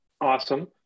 Awesome